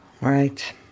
Right